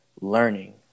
learning